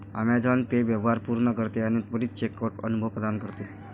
Amazon Pay व्यवहार पूर्ण करते आणि त्वरित चेकआउट अनुभव प्रदान करते